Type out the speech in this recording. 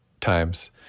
times